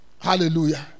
Hallelujah